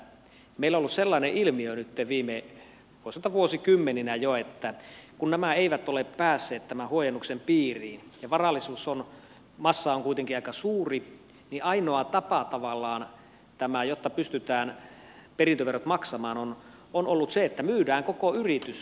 meillä on ollut sellainen ilmiö nytten viime voisi sanoa vuosikymmeninä jo että kun nämä eivät ole päässeet tämän huojennuksen piiriin ja varallisuusmassa on kuitenkin aika suuri niin ainoa tapa tavallaan jotta pystytään perintöverot maksamaan on ollut se että myydään koko yritys